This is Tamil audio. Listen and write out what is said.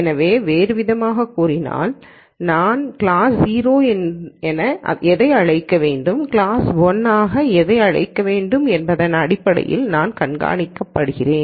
எனவே வேறுவிதமாகக் கூறினால் நான் கிளாஸ் 0 என எதை அழைக்க வேண்டும் கிளாஸ் 1 ஆக எதை அழைக்க வேண்டும் என்பதன் அடிப்படையில் நான் கண்காணிக்கப்படுகிறேன்